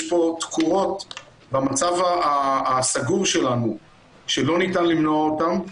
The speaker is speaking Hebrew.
יש פה תקורות במצב הסגור שלנו שלא ניתן למנוע אותן.